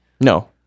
No